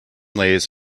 lays